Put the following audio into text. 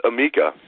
Amika